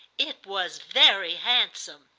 it was very handsome.